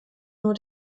nur